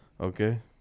Okay